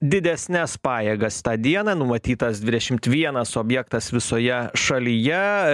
didesnes pajėgas tą dieną numatytas dvidešim vienas objektas visoje šalyje